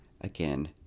Again